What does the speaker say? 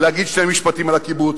להגיד שני משפטים על הקיבוצים,